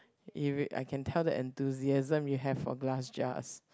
Ev~ I can tell that enthusiasm you have for glass jars